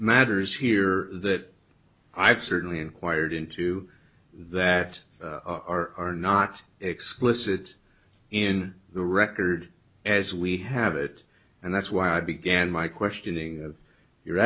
matters here that i certainly inquired into that are are not explicit in the record as we have it and that's why i began my questioning your